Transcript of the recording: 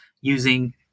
using